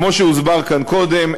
כמו שהוסבר כאן קודם,